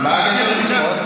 מה הקשר לבחירות?